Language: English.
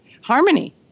harmony